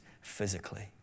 physically